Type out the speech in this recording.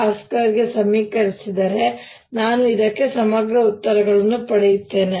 rr2 ಗೆ ಸಮೀಕರಿಸಿದರೆ ನಾನು ಇದಕ್ಕೆ ಸಮಗ್ರ ಉತ್ತರಗಳನ್ನು ಪಡೆಯುತ್ತೇನೆ